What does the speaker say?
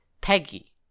Peggy